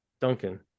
Duncan